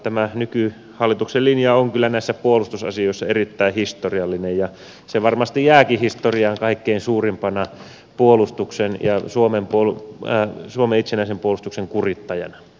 tämä nykyhallituksen linja on kyllä näissä puolustusasioissa erittäin historiallinen ja se varmasti jääkin historiaan kaikkein suurimpana suomen itsenäisen puolustuksen kurittajana